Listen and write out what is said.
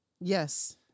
Yes